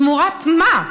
תמורת מה?